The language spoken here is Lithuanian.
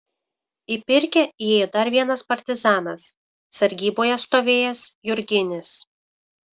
į pirkią įėjo dar vienas partizanas sargyboje stovėjęs jurginis